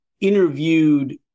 interviewed